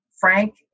Frank